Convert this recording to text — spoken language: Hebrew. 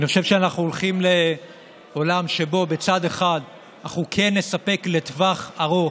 אני חושב שאנחנו הולכים לעולם שבו בצד אחד אנחנו כן נספק לטווח ארוך,